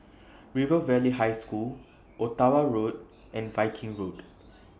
River Valley High School Ottawa Road and Viking Road